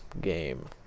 game